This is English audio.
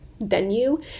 venue